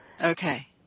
Okay